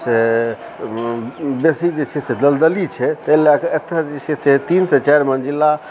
से बेसी जे छै से दलदली छै ताहि लए कऽ एतय जे छै से तीनसँ चारि मंजिला